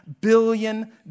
billion